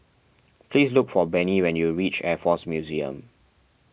please look for Bennie when you reach Air force Museum